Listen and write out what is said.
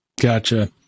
Gotcha